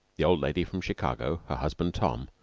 the old lady from chicago, her husband, tom,